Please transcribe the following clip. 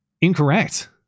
incorrect